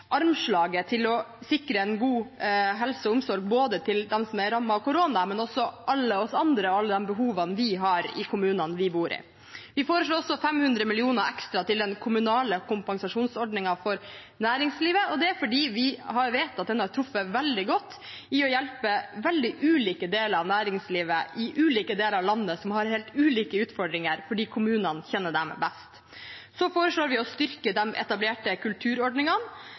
armslaget til å sikre en god helse og omsorg til de som er rammet av korona, men også til alle oss andre og alle de behovene vi har, i kommunene vi bor i. Vi foreslår også 500 mill. kr ekstra til den kommunale kompensasjonsordningen for næringslivet. Det er fordi vi vet at den har truffet veldig godt i å hjelpe veldig ulike deler av næringslivet i ulike deler av landet som har helt ulike utfordringer, fordi kommunene kjenner dem best. Så foreslår vi å styrke de etablerte kulturordningene,